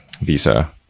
Visa